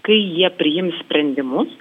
kai jie priims sprendimus